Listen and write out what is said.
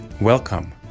welcome